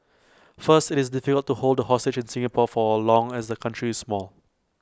first IT is difficult to hold A hostage in Singapore for long as the country is small